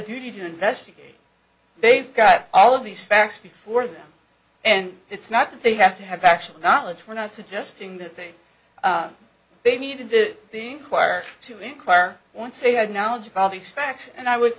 duty to investigate they've got all of these facts before them and it's not that they have to have actual knowledge we're not suggesting that they they need in the choir to inquire once they have knowledge about these facts and i would